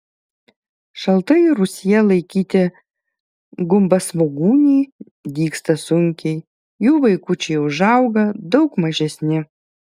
šaltai rūsyje laikyti gumbasvogūniai dygsta sunkiai jų vaikučiai užauga daug mažesni